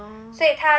orh